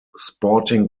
sporting